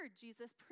Jesus